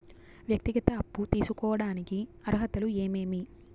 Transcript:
వ్యక్తిగత అప్పు తీసుకోడానికి అర్హతలు ఏమేమి